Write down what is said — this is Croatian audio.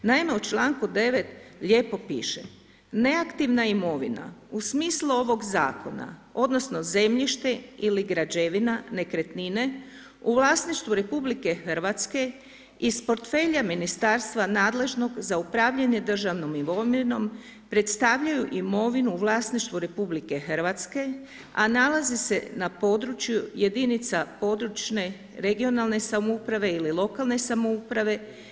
Naime, u članku 9. lijepo piše – Neaktivna imovina u smislu ovog zakona odnosno, zemljište ili građevina, nekretnine, u vlasništvu Republike Hrvatske iz portfelja Ministarstva nadležnog za upravljanje državnom imovinom predstavljaju imovinu u vlasništvu Republike Hrvatske, a nalaze se na području jedinica područne regionalne samouprave ili lokalne samouprave.